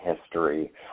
history